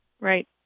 Right